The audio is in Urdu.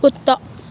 کتا